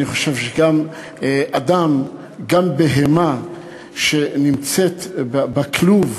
אני חושב שאדם, גם בהמה שנמצאת בכלוב,